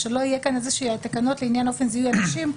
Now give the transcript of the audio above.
אז שלא יהיה כאן תקנות לעניין אופן זיהוי אנשים,